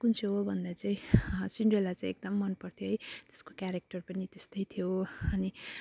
कुन चाहिँ हो भन्दा चाहिँ सिन्ड्रेला चाहिँ एकदम मनपर्थ्यो है त्यसको क्यारेक्टर पनि त्यस्तै थियो अनि